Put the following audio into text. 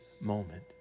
moment